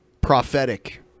prophetic